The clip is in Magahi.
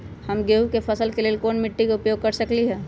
हम गेंहू के फसल के लेल कोन मिट्टी के उपयोग कर सकली ह?